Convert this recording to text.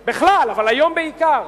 בכלל, אבל היום בעיקר,